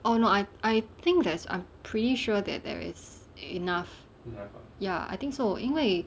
oh no I I think there's I'm pretty sure that there is enough ya I think so 因为